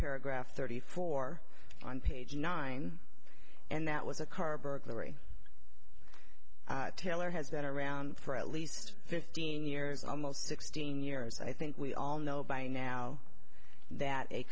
paragraph thirty four on page nine and that was a car burglary taylor has been around for at least fifteen years almost sixteen years i think we all know by now that